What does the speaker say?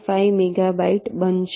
5 megabyte બનશે